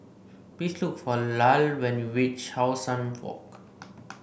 please look for Lyle when you reach How Sun Walk